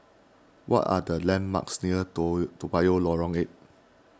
what are the landmarks near Toa Toa Payoh Lorong eight